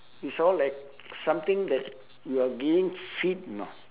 it's all like something that you are giving feed you know